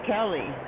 Kelly